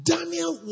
Daniel